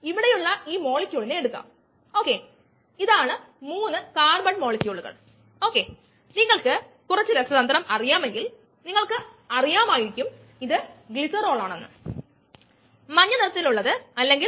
അതിനാൽ mass balance എന്നത് ഉൽപാദന നിരക്ക് മൈനസ് ഉപഭോഗ നിരക്ക് ആണ് അക്യുമിലേഷൻ നിരക്ക് പൂജ്യമാണ് സ്യുഡോ സ്റ്റഡി സ്റ്റേറ്റ് അനുമാനത്തിൽ നമ്മൾ ഇതിനകം കണ്ടത് ഇതാണ്